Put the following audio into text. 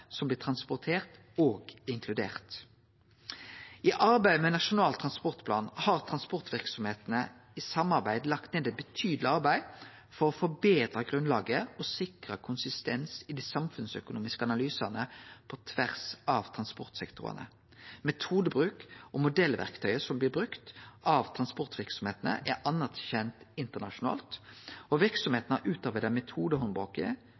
som blir transportert, òg inkludert. I arbeidet med Nasjonal transportplan har transportverksemdene i samarbeid lagt ned eit betydeleg arbeid for å forbetre grunnlaget og sikre konsistens i dei samfunnsøkonomiske analysane på tvers av transportsektorane. Metodebruken og modellverktøyet som blir brukt av transportverksemdene, er anerkjente internasjonalt, og